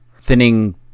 thinning